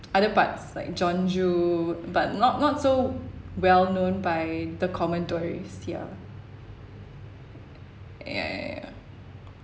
other parts like jeonju but not not so well known by the common tourists ya ya ya ya